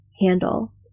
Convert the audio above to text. handle